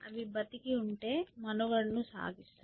అవి బతికి ఉంటే మనుగడను సాగిస్తాయి